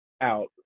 out